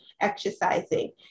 exercising